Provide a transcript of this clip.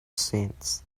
sense